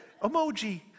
emoji